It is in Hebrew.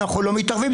אנחנו לא מתערבים,